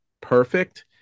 perfect